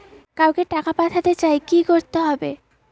কাউকে টাকা পাঠাতে চাই কি করতে হবে?